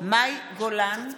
מאי גולן,